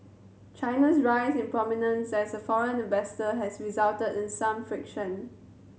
China's rise in prominence as a foreign investor has resulted in some friction